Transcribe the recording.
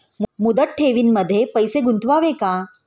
मुदत ठेवींमध्ये पैसे गुंतवावे का?